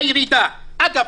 אגב,